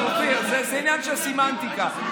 אופיר, זה עניין של סמנטיקה.